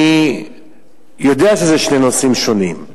אני יודע שאלה שני נושאים שונים,